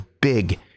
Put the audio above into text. big